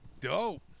Dope